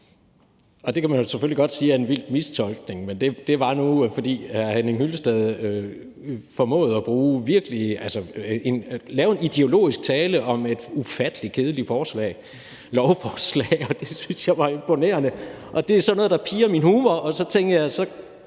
og det kan man jo selvfølgelig godt sige er en vild mistolkning, men det var nu, fordi hr. Henning Hyllested formåede at holde en ideologisk tale om et ufattelig kedeligt lovforslag, og det syntes jeg var imponerende. Det er sådan noget, der pirrer min humor, og så tænkte jeg: Så